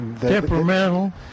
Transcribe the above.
Temperamental